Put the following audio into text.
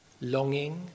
longing